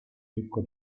ricco